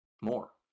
more